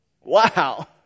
Wow